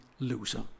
loser